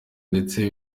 ndetse